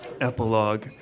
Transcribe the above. Epilogue